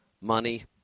money